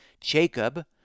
Jacob